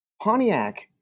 Pontiac